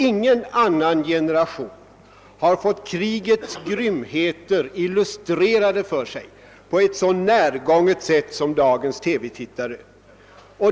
Ingen annan generation har fått krigets grymheter illustrerade för sig på ett så närgånget sätt som dagens TV-tittare.